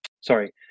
sorry